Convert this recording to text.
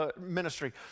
ministry